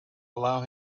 allow